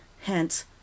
Hence